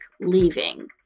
leaving